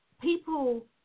people